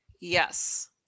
Yes